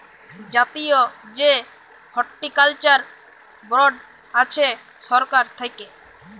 জাতীয় যে horticulture board আছে সরকার থাক্যে